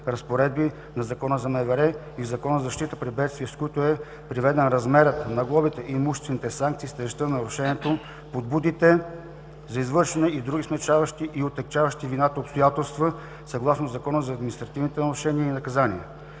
на вътрешните работи и в Закона за защита при бедствия, с които е приведен размерът на глобите и имуществените санкции с тежестта на нарушението, подбудите за извършване и другите смекчаващи и отегчаващи вината обстоятелства съгласно Закона за административните нарушения и наказания.